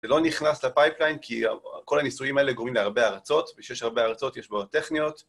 זה לא נכנס לפייפליין כי כל הניסויים האלה גורמים להרבה הרצות, וכשיש הרבה הרצות יש בעיות טכניות.